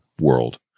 world